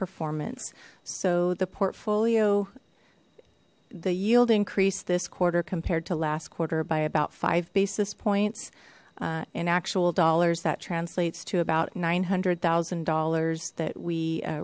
performance so the portfolio the yield increased this quarter compared to last quarter by about five basis points in actual dollars that translates to about nine hundred thousand dollars that we